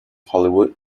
hollywood